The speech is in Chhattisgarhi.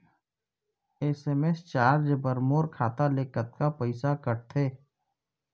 एस.एम.एस चार्ज बर मोर खाता ले कतका पइसा कटथे?